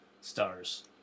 Stars